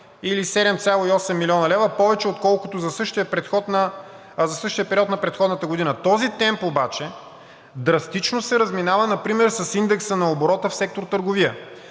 или 7,8 млн. лв. повече, отколкото за същия период на предходната година. Този темп обаче драстично се разминава например с индекса на оборота в сектор „Търговия“